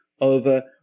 over